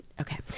okay